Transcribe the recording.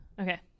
okay